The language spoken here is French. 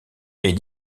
est